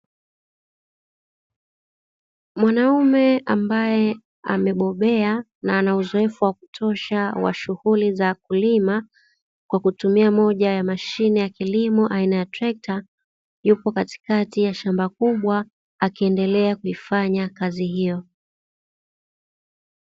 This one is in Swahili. Mwanaume ambaye amebobea na ana uzoefu wa kutosha wa shuguli za kulima kwa kutumia moja ya mashine ya kilimo aina ya trekta yupo katikati ya shamba kubwa akiendelea kuifanya kazi hiyo.